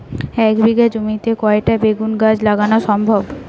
এক বিঘা জমিতে কয়টা বেগুন গাছ লাগানো সম্ভব?